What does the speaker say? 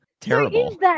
Terrible